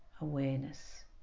awareness